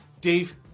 Dave